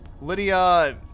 Lydia